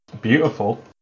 beautiful